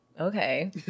okay